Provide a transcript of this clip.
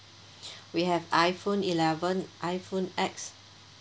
we have iPhone eleven iPhone X